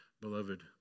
Beloved